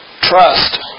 trust